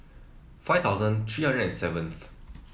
five thousand three hundred and seventh